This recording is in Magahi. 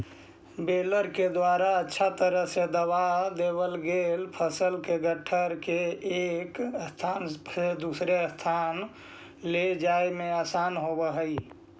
बेलर के द्वारा अच्छा तरह से दबा देवल गेल फसल के गट्ठर के एक स्थान से दूसर स्थान ले जाए में आसान होवऽ हई